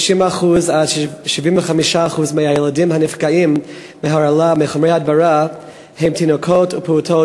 60% 75% מהילדים הנפגעים מהרעלה מחומרי הדברה הם תינוקות ופעוטות